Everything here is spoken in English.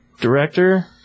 Director